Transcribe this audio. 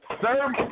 sir